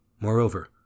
Moreover